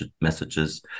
messages